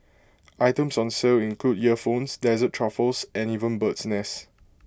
items on sale include earphones dessert truffles and even bird's nest